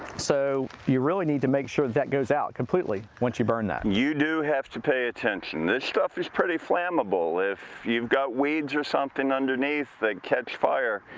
so, you really need to make sure that goes out completely once you burn that. you do have to pay attention. this stuff is pretty flammable. if you've got weeds or something underneath that catch fire,